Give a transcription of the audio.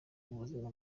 ubuzima